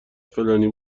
فلانی